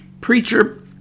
preacher